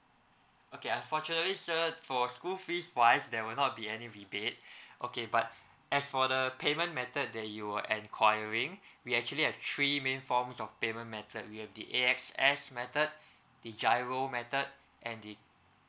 okay unfortunately sir for school fees wise there will not be any rebate okay but as for the payment method that you were enquiring we actually have three main forms of payment method we have the A_X_S method the giro method and the